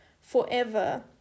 forever